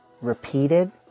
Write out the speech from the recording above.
repeated